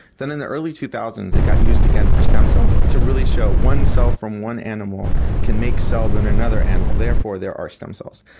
then in the early two thousand s it got used again for stem cells, to really show one cell from one animal can make cells in another animal, therefore there are stem cells.